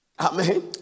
amen